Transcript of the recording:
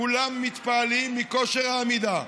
כולם מתפעלים מכושר העמידה,